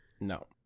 No